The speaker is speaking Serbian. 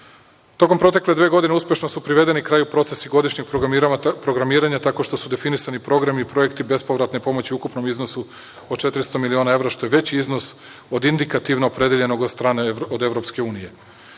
protekle dve godine uspešno su privedeni kraju procesi godišnjeg programiranja, tako što su definisani programi i projekti bespovratne pomoći u ukupnom iznosu od 400.000.000 evra, što je veći iznos od indikativno opredeljenog od strane Evropske unije.